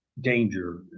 danger